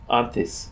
antes